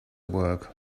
work